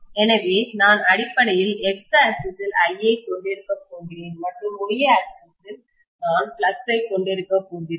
எனவே நான் அடிப்படையில் x ஆக்சிஸ் x அச்சில் I ஐ கொண்டிருக்க போகிறேன் மற்றும் y ஆக்சிஸ் y அச்சில் நான் ஃப்ளக்ஸ் ஐ கொண்டிருக்க போகிறேன்